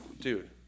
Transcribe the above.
dude